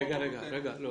עזוב.